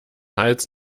hals